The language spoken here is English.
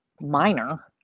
minor